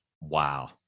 Wow